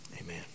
amen